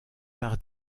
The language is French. par